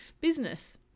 Business